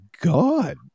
God